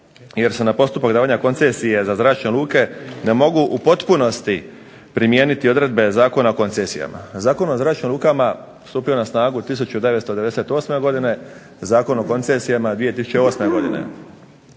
jer se u postupak davanja koncesija za zračne luke ne mogu u potpunosti primijeniti odredbe Zakona o koncesijama. Zakon o zračnim lukama stupio je na snagu 1998. godine, zakon o koncesijama 2008. Zakonom